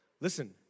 Listen